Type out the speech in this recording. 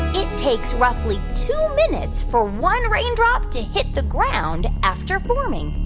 it takes roughly two minutes for one raindrop to hit the ground after forming?